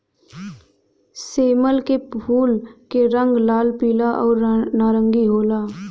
सेमल के फूल क रंग लाल, पीला आउर नारंगी होला